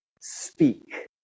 speak